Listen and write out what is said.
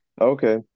Okay